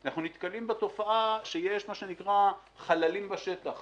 אנחנו נתקלים בתופעה שיש מה שנקרא "חללים בשטח".